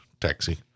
taxi